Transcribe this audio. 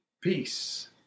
peace